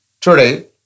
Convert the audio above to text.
Today